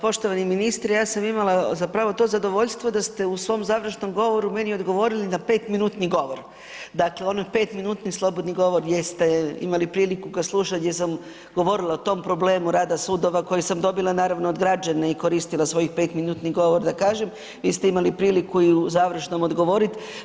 Poštovani ministre, ja sam imala zapravo to zadovoljstvo da ste u svom završnom govoru meni odgovorili na 5 minutni govor, dakle onaj 5 minutni slobodni govor gdje ste imali priliku … [[Govornik se ne razumije]] sam govorila o tom problemu rada sudova koji sam dobila naravno od građana i koristila svoj 5 minutni govor da kažem, vi ste imali priliku i u završnom odgovorit.